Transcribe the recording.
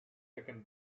taken